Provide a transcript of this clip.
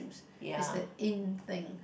it's the in thing